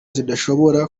zidashobora